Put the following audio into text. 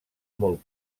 molt